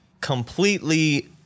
completely